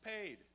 paid